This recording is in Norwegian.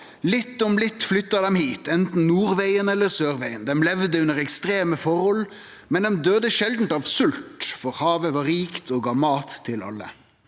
Litt om litt flytta dei hit, anten nordvegen eller sørvegen. Dei levde under ekstreme forhold, men dei døydde sjeldan av svolt, for havet var rikt og gav mat til alle.